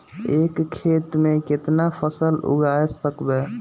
एक खेत मे केतना फसल उगाय सकबै?